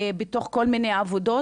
בכל מיני עבודות,